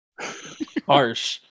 Harsh